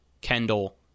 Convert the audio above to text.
Kendall